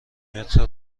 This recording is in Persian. متر